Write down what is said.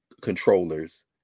controllers